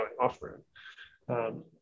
off-road